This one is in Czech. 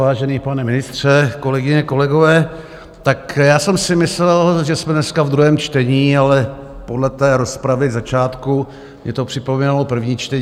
Vážený pane ministře, kolegyně, kolegové, tak já jsem si myslel, že jsme dneska v druhém čtení, ale podle té rozpravy na začátku mně to připomínalo první čtení.